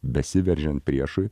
besiveržiant priešui